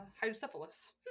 Hydrocephalus